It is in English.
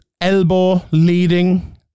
elbow-leading